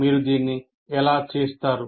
మీరు దీన్ని ఎలా చేస్తారు